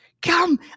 Come